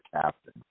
captain